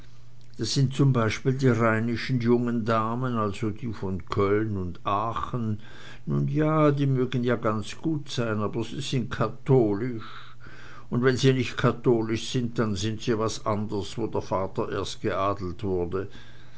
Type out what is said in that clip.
da sind zum beispiel die rheinischen jungen damen also die von köln und aachen nun ja die mögen ganz gut sein aber sie sind katholisch und wenn sie nicht katholisch sind dann sind sie was andres wo der vater erst geadelt wurde